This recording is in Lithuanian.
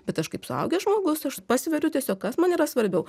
bet aš kaip suaugęs žmogus aš pasveriu tiesiog kas man yra svarbiau